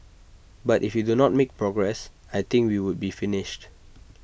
but if you do not make progress I think we would be finished